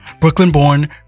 Brooklyn-born